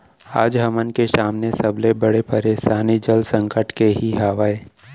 आज हमन के सामने सबले बड़े परसानी जल संकट के ही हावय